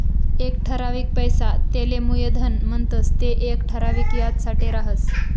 एक ठरावीक पैसा तेले मुयधन म्हणतंस ते येक ठराविक याजसाठे राहस